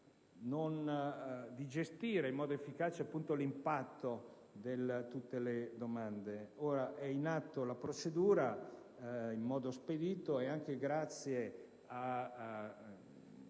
di gestire in modo efficace l'impatto di tutte le domande. È ora in atto la procedura in modo spedito e, anche grazie alla